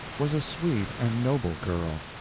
was a sweet and noble girl.